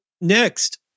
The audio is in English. next